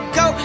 go